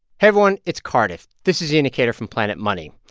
hey, everyone. it's cardiff. this is the indicator from planet money.